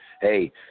Hey